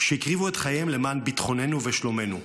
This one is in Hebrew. שהקריבו את חייהם למען ביטחוננו ושלומנו.